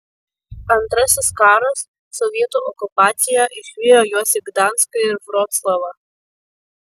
antrasis karas sovietų okupacija išvijo juos į gdanską ir vroclavą